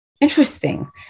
interesting